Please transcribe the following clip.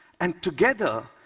and together,